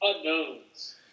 Unknowns